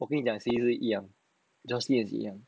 我跟你讲谁会一样 just wait and see ah